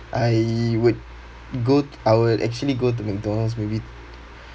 I would go I will actually go to McDonald's maybe